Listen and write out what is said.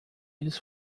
eles